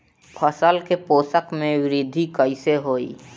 फसल के पोषक में वृद्धि कइसे होई?